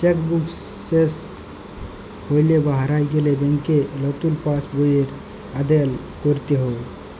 cheque book শেস হৈলে বা হারায় গেলে ব্যাংকে লতুন পাস বইয়ের আবেদল কইরতে হ্যয়